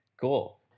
Cool